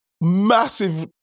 massive